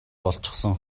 болчихсон